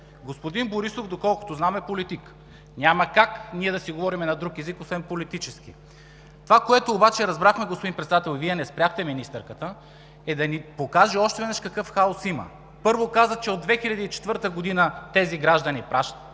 Господин Борисов, доколкото знам, е политик. Няма как ние да си говорим на друг език освен политически. Това, което обаче разбрахме, господин Председател, и Вие не спряхте министърката, е да ни покаже още веднъж какъв хаос има. Първо каза, че от 2004 г. тези граждани плащали,